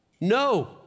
No